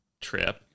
trip